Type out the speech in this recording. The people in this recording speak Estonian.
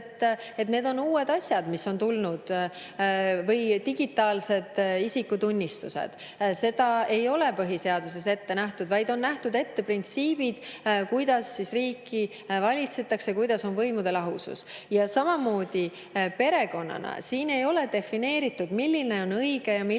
et need on uued asjad, mis on tulnud. Või digitaalsed isikutunnistused. Neid ei ole põhiseaduses ette nähtud, vaid on nähtud ette printsiibid, kuidas riiki valitsetakse, kuidas [toimib] võimude lahusus. Samamoodi on perekonnaga: siin ei ole defineeritud, milline on õige ja milline on vale